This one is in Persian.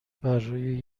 برروی